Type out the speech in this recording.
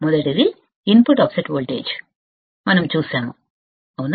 మొదటిది input offset voltage మనం చూశాము అవునా